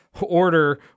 order